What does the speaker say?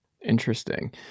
Interesting